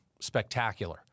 spectacular